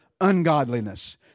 ungodliness